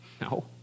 No